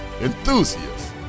enthusiasts